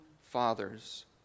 fathers